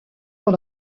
dans